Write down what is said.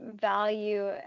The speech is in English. value